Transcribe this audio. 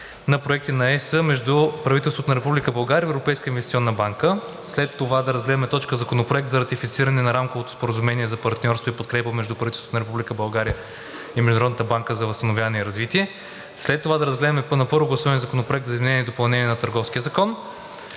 на проекти на ЕС между правителството на Република България и Европейската инвестиционна банка; след това да разглеждаме точката – Законопроекта за ратифициране на Рамковото споразумение за партньорство и подкрепа между правителството на Република България и Международната банка за възстановяване и развитие; след това да разгледаме на първо гласуване Законопроекта за изменение и допълнение на Търговския закон;